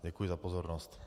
Děkuji za pozornost.